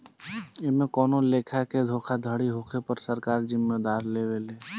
एमे कवनो लेखा के धोखाधड़ी होखे पर सरकार जिम्मेदारी लेवे ले